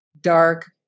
dark